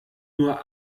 nur